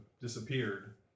disappeared